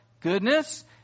goodness